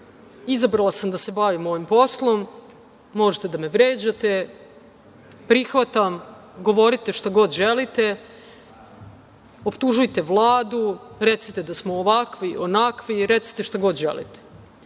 izabrala sam da se bavim ovim poslom, možete da me vređate. Prihvatam, govorite šta god želite, optužujte Vladu, recite da smo ovakvi, onakvi, recite šta god želite,